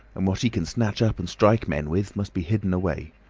and what he can snatch up and strike men with must be hidden away.